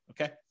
Okay